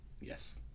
Yes